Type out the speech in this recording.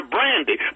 Brandy